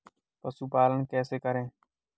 पशुपालन कैसे करें?